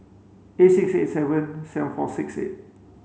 eight six eight seven seven four six eight